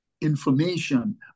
information